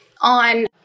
on